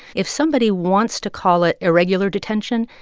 if somebody wants to call it irregular detention,